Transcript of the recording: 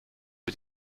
mit